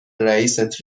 رئیست